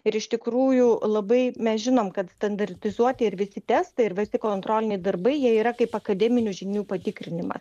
ir iš tikrųjų labai mes žinom kad standartizuoti ir visi testai ir visi kontroliniai darbai jie yra kaip akademinių žinių patikrinimą